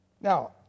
Now